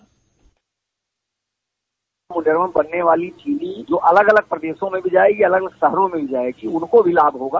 bite Munderwa में बनने वाली चीनी जो अलग अलग प्रदेशों में भी जायेगी अलग अलग शहरों में भी जायेगी उनको भी लाभ होगा